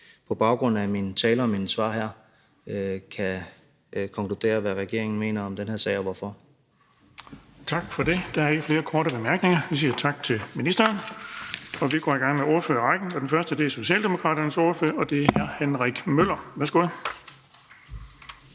på baggrund af min tale og mine svar her kan konkludere, hvad regeringen mener om den her sag, og hvorfor. Kl. 16:22 Den fg. formand (Erling Bonnesen): Tak for det. Der er ikke flere korte bemærkninger. Vi siger tak til ministeren. Vi går i gang med ordførerrækken, og det er først Socialdemokraternes ordfører, og det er hr. Henrik Møller. Værsgo.